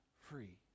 free